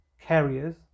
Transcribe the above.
carriers